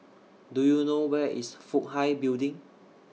Do YOU know Where IS Fook Hai Building